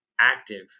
active